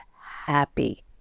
happy